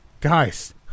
Guys